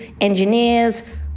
engineers